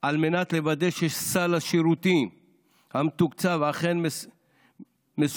על מנת לוודא שסל השירותים המתוקצב אכן מסופק